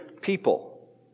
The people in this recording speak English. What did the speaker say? people